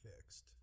fixed